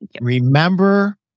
Remember